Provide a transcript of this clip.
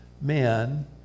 men